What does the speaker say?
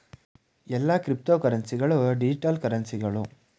ಎಲ್ಲಾ ಕ್ರಿಪ್ತೋಕರೆನ್ಸಿ ಗಳು ಡಿಜಿಟಲ್ ಕರೆನ್ಸಿಗಳು